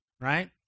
right